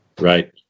Right